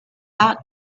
out